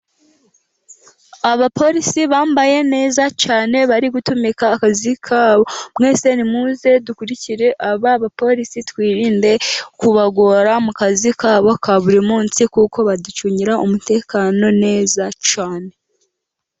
Abapolisi bambaye neza cyane bari gutumika akazi kabo, mwese nimuze dukurikire aba bapolisi, twirinde kubagora mu kazi kabo ka buri munsi ,kuko baducungira umutekano neza cyane.